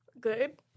Good